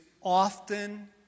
often